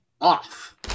off